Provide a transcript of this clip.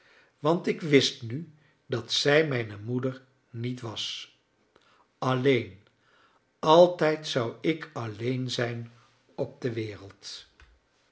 want ik wist nu dat zij mijne moeder niet was alleen altijd zou ik alleen zijn op de wereld